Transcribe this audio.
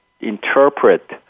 interpret